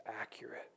accurate